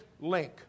link